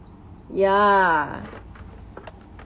ya